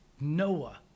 Noah